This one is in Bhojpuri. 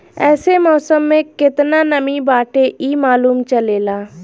एसे मौसम में केतना नमी बाटे इ मालूम चलेला